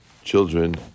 children